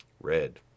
Red